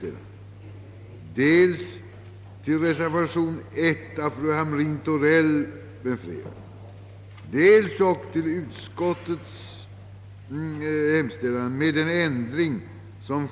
Det rådde alltså olika förhållanden.